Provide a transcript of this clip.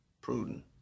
Prudent